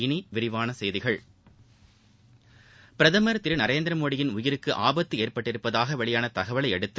இனி விரிவான செய்திகள் பிரதமர் திரு நரேந்திரமோடியின் உயிருக்கு ஆபத்து ஏற்பட்டிருப்பதாக வெளியான தகவலையடுத்து